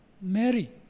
Mary